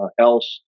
else